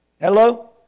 Hello